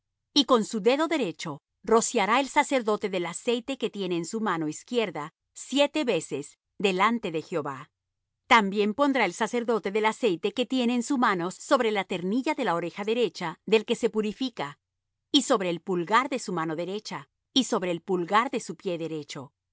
y con su dedo derecho rociará el sacerdote del aceite que tiene en su mano izquierda siete veces delante de jehová también pondrá el sacerdote del aceite que tiene en su mano sobre la ternilla de la oreja derecha del que se purifica y sobre el pulgar de su mano derecha y sobre el pulgar de su pie derecho